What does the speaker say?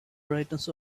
brightness